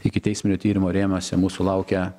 ikiteisminio tyrimo rėmuose mūsų laukia